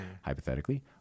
hypothetically